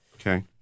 Okay